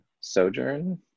sojourn